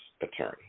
attorney